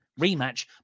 rematch